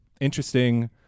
interesting